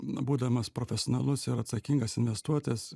būdamas profesionalus ir atsakingas investuotojas